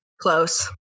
Close